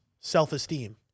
self-esteem